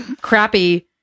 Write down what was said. crappy